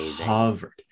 covered